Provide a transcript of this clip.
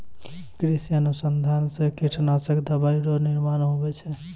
कृषि अनुसंधान से कीटनाशक दवाइ रो निर्माण हुवै छै